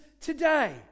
today